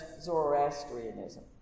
Zoroastrianism